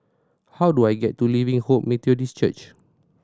how do I get to Living Hope Methodist Church